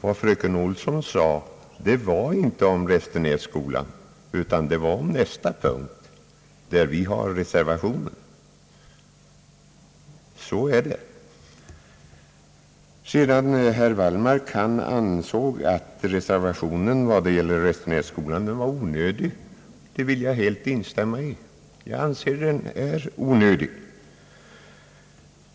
Vad fröken Olsson anförde gällde inte Restenässkolan utan nästa moment, där vi har en reservation. Herr Wallmark ansåg att reservationen när det gäller Restenässkolan är onödig. Det vill jag helt instämma i. Även jag anser den vara helt onödig.